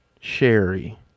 Sherry